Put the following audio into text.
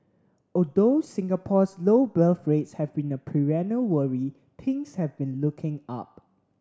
although Singapore's low birth rates have been a perennial worry things have been looking up